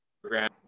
program